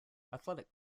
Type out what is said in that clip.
athletic